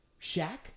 Shaq